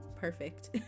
perfect